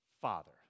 Father